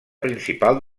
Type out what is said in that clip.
principal